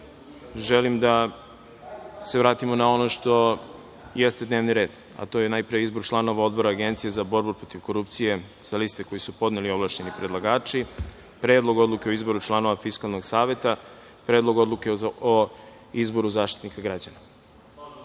želim da se vratimo na ono što jeste dnevni red, a to je izbor članova odbora Agencije za borbu protiv korupcije, sa liste koju su podneli ovlašćeni predlagači, predlog odluke o izboru fiskalnog saveta, predlog odluke o izboru Zaštitnika građana. Upravo,